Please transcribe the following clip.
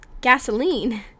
gasoline